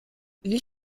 wie